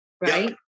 right